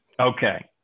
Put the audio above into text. Okay